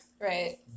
Right